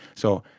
so,